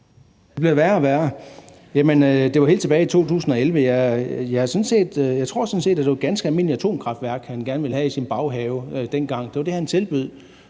Det bliver jo værre og værre. Jamen det var jo helt tilbage i 2011, og jeg tror sådan set, det var et ganske almindeligt atomkraftværk, han gerne ville have i sin baghave dengang. Det var det, han tilbød.